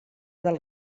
del